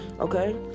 okay